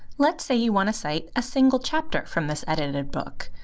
let's say you want to cite a single chapter from this edited book,